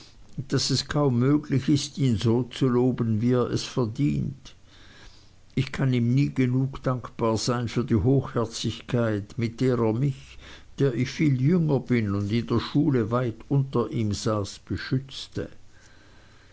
daß es kaum möglich ist ihn so zu loben wie er es verdient ich kann ihm nie genug dankbar sein für die hochherzigkeit mit der er mich der ich viel jünger bin und in der schule weit unter ihm saß beschützte